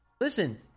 Listen